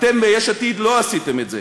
אתם ביש עתיד לא עשיתם את זה,